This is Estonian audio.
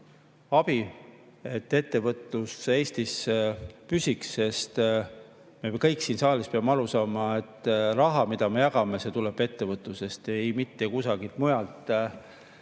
abi, et ettevõtlus Eestis püsiks. Me kõik siin saalis peame aru saama, et raha, mida me jagame, see tuleb ettevõtlusest, mitte kusagilt mujalt.